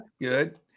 good